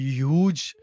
huge